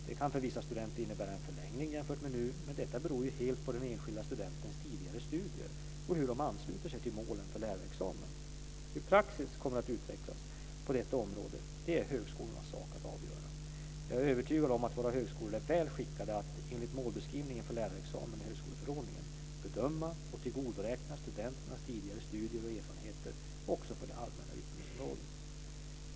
Det kan för vissa studenter innebära en förlängning jämfört med nu, men detta beror helt på den enskilda studentens tidigare studier och hur de ansluter till målen för lärarexamen. Hur praxis kommer att utvecklas på detta område är högskolornas sak att avgöra. Jag är övertygad om att våra högskolor är väl skickade att, enligt målbeskrivningen för lärarexamen i högskoleförordningen, bedöma och tillgodoräkna studenternas tidigare studier och erfarenheter också för det allmänna utbildningsområdet.